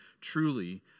truly